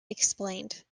explained